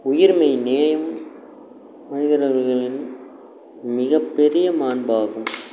உயிர்மெய்னேயம் மனிதர்களின் மிகப்பெரிய மாண்பாகும்